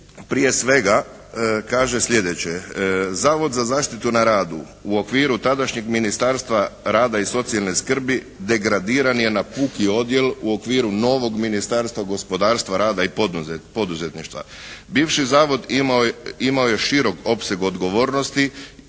prije svega kaže slijedeće: Zavod za zaštitu na radu u okviru tadašnjeg Ministarstva rada i socijalne skrbi degradiran je na puki odjel u okviru novog Ministarstva gospodarstva, rada i poduzetništva. Bivši Zavod imao je širok opseg odgovornosti